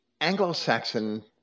anglo-saxon